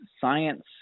science